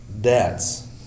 Debts